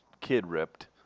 kid-ripped